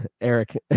eric